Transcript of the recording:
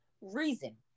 reason